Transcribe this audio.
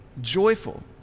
joyful